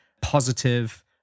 positive